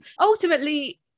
ultimately